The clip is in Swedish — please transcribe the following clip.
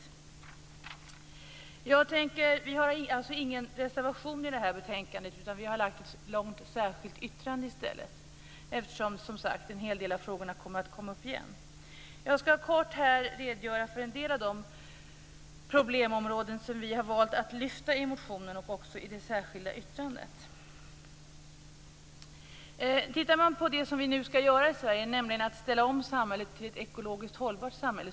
Vi har inte lagt fram någon reservation. I stället har vi ett långt särskilt yttrande. En hel del av frågorna kommer ju upp igen. Jag skall helt kort redogöra för en del av de problemområden som vi valt att lyfta fram i vår motion och i vårt särskilda yttrande. Vi i Sverige skall ju ställa om samhället till ett ekologiskt hållbart samhälle.